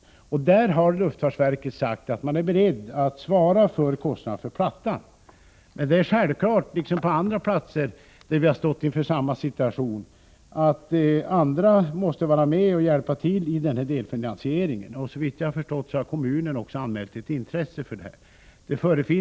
När det gäller dessa arbeten har man från luftfartsverket sagt att man är beredd att svara för kostnaden för plattan. Självfallet gäller här liksom i fråga om utbyggnader på andra platser, där vi harstått inför samma situation, att även andra måste medverka och hjälpa till med en delfinansiering. Såvitt jag har förstått har kommunen också anmält sitt intresse i detta sammanhang.